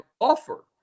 offer